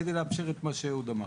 כדי לאפשר את מה שאהוד אמר.